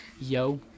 yo